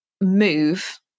move